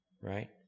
right